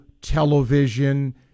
television